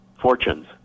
Fortunes